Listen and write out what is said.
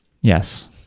Yes